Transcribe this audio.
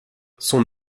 son